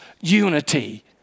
unity